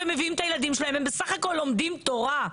הם בסך הכול לומדים תורה.